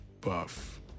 buff